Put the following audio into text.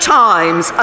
times